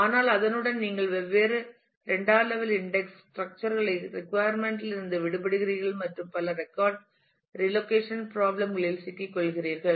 ஆனால் அதனுடன் நீங்கள் வெவ்வேறு இரண்டாம் லெவல் இன்டெக்ஸ் ஸ்ட்ரக்சர் களை ரிகுயர்ர்மெண்ட் யிலிருந்து விடுபடுகிறீர்கள் மற்றும் பல ரெக்கார்ட் ரீலொகேஷன் ப்ராப்ளம் களில் சிக்கிக் கொள்கிறீர்கள்